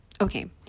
okay